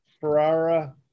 Ferrara